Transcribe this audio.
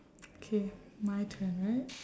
K my turn right